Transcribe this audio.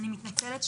אני מתנצלת,